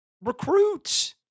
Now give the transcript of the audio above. recruits